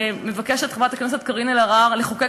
מבקשת חברת הכנסת קארין אלהרר לחוקק